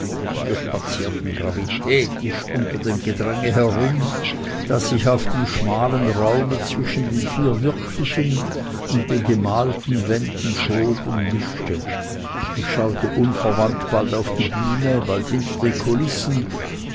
wir spazierten gravitätisch unter dem gedränge herum das sich auf dem schmalen raume zwischen den vier wirklichen und den gemalten wänden schob und mischte ich schaute unverwandt bald auf die bühne bald hinter die kulissen